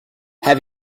have